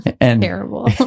Terrible